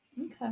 Okay